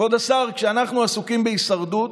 כבוד השר, כשאנחנו עסוקים בהישרדות,